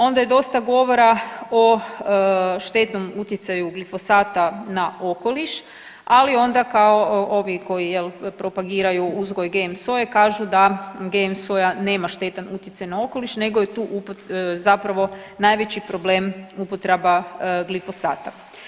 Onda je dosta govora o štetnom utjecaju glifosata na okoliš, ali onda kao ovi koji je li, propagiraju uzgoj GM soje kažu da GM soja nema štetan utjecaj na okoliš nego je tu zapravo najveći problem upotreba glifosata.